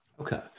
Okay